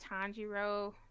Tanjiro